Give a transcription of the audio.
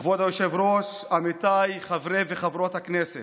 כבוד היושב-ראש, עמיתיי חברי וחברות הכנסת,